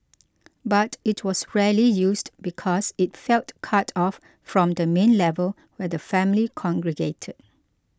but it was rarely used because it felt cut off from the main level where the family congregated